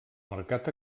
mercat